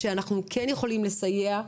שאותם אנחנו כן יכולים לסייע בהם.